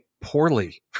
poorly